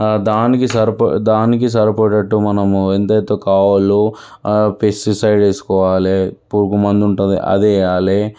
దానికి సరిప దానికి సరిపడేటట్టు మనము ఎంతయితే కావాలో పెస్టిసైడ్ వేసుకోవాలి పురుగుమందు ఉంటుంది అది వెయ్యాలి